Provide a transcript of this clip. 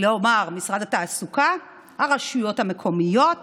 כלומר משרד התעסוקה, הרשויות המקומיות